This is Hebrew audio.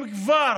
אם כבר